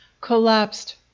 collapsed